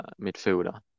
midfielder